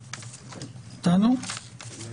לצערי, אין לנו הרבה